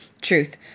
Truth